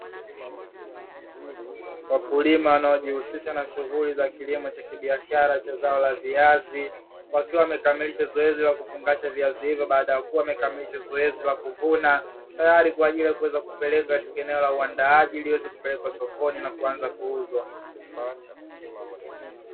Wakulima wanajihusisha na kilimo cha biashara aina ya viazi, wakiwa wamekwisha kukamilisha zoezi la kufungasha baada ya kumaliza zoezi la kuvuna, tayari ili kupeleka katika eneo la uandaaji ili viweze kupelekwa sokoni kuuzwa.